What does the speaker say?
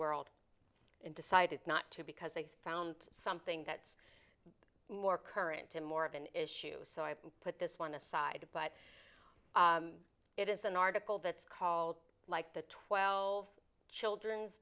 world and decided not to because they found something that's more current in more of an issue so i put this one aside but it is an article that's called like the twelve children's